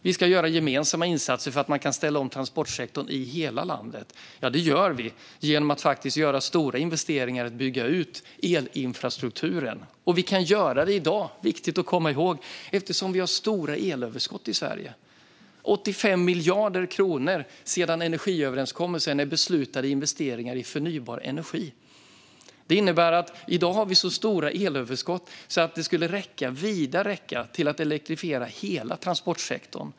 Vi ska göra gemensamma insatser så att man kan ställa om transportsektorn i hela landet. Det gör vi genom att göra stora investeringar för att bygga ut elinfrastrukturen. Vi kan göra det i dag eftersom vi har stora elöverskott i Sverige - det är viktigt att komma ihåg. 85 miljarder kronor sedan energiöverenskommelsen är beslutade investeringar i förnybar energi. Det innebär att vi i dag har så stora elöverskott att det vida skulle räcka till att elektrifiera hela transportsektorn.